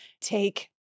take